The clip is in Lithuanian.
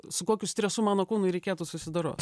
su kokiu stresu mano kūnui reikėtų susidorot